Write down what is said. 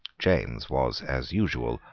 james was, as usual,